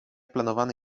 planowany